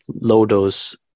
low-dose